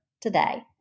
today